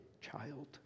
child